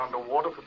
underwater